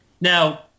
Now